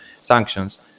sanctions